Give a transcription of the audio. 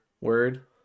word